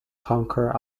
conquer